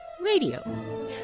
radio